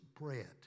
bread